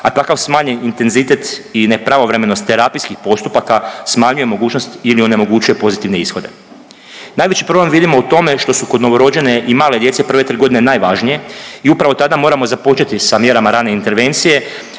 a takav smanjen intenzitet i nepravovremenost terapijskih postupaka smanjuje mogućnost ili onemogućuje pozitivne ishode. Najveći problem vidimo u tome što su kod novorođene i male djece prve tri godine najvažnije i upravo tada moramo započeti sa mjerama rane intervencije